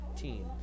team